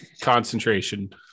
concentration